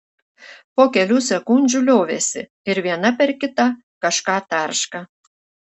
po kelių sekundžių liovėsi ir viena per kitą kažką tarška